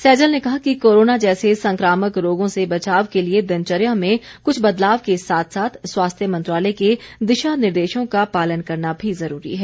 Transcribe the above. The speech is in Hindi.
सैजल ने कहा कि कोरोना जैसे संक्रामक रोगों से बचाव के लिए दिनचर्या में कुछ बदलाव के साथ साथ स्वास्थ्य मंत्रालय के दिशा निर्देशों का पालन करना भी ज़रूरी है